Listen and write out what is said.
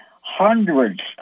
hundreds